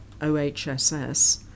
OHSS